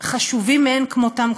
חשובים מאין כמותם,